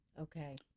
Okay